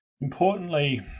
Importantly